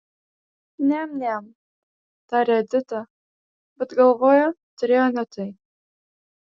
niam niam tarė edita bet galvoje turėjo ne tai